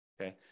Okay